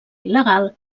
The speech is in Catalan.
il·legal